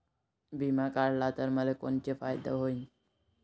बिमा काढला त मले कोनचा फायदा होईन?